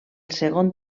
segon